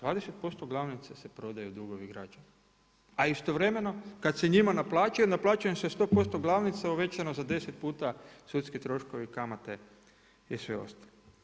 20% glavnice se prodaje dugovi građana, a istovremeno kad se njima naplaćuje, naplaćuje im se sto posto glavnica uvećana za 10 puta sudski troškovi, kamate i sve ostalo.